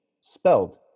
spelled